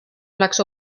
oleks